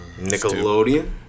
Nickelodeon